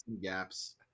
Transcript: gaps